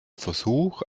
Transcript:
versuch